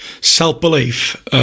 Self-belief